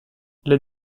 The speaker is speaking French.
les